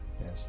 Yes